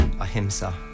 ahimsa